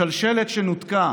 השלשלת שנותקה